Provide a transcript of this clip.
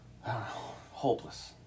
hopeless